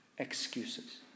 excuses